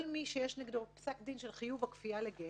כל מי שיש נגדו פסק דין של חיוב או כפייה לגט